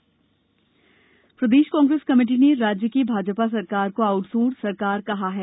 कांग्रेस आरोप प्रदेश कांग्रेस कमेटी ने राज्य की भाजपा सरकार को आउटसोर्स सरकार कहा है